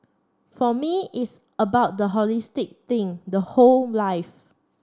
for me it's about the holistic thing the whole life